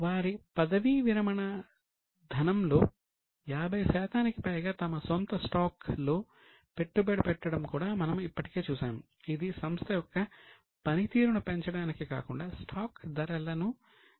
వారి పదవీ విరమణ ధనంలో 50 శాతానికి పైగా తమ సొంత స్టాక్ ను పెంచడమే లక్ష్యంగా జరిగింది